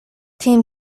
team